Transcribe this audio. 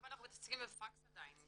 למה אנחנו מתעסקים עם פקס עדיין.